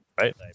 right